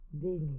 Billy